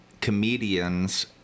comedians